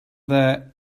there